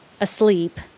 asleep